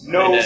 no